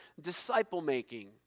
disciple-making